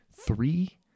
three